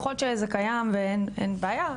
יכול להיות שזה קיים ואין בעיה,